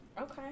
Okay